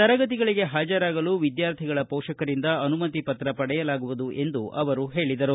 ತರಗತಿಗಳಿಗೆ ಹಾಜರಾಗಲು ವಿದ್ಯಾರ್ಥಿಗಳ ಪೋಷಕರಿಂದ ಅನುಮತಿ ಪತ್ರ ಪಡೆಯಲಾಗುವುದು ಎಂದು ಅವರು ಹೇಳಿದರು